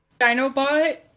Dinobot